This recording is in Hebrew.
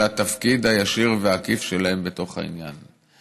התפקיד הישיר והעקיף שלהם בתוך העניין.